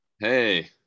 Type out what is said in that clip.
Hey